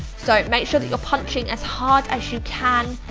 so make sure that you're punching as hard as you can.